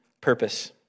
purpose